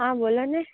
હા બોલો ને